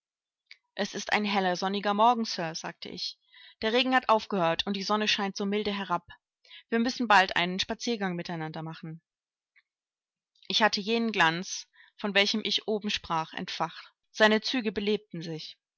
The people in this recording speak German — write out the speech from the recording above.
es ist ein heller sonniger morgen sir sagte ich der regen hat aufgehört und die sonne scheint so milde herab wir müssen bald einen spaziergang miteinander machen ich hatte jenen glanz von welchem ich oben sprach entfacht seine züge belebten sich